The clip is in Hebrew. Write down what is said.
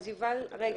אז יובל, רגע, סיימת?